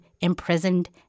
imprisoned